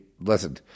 Listen